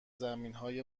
زمینهای